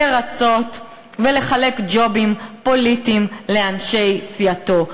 לרצות ולחלק ג'ובים פוליטיים לאנשי סיעתו.